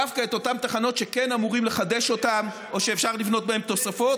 דווקא את אותן תחנות שכן אמורים לחדש אותן או שאפשר לבנות בהן תוספות,